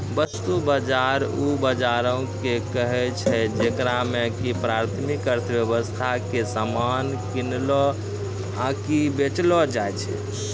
वस्तु बजार उ बजारो के कहै छै जेकरा मे कि प्राथमिक अर्थव्यबस्था के समान किनलो आकि बेचलो जाय छै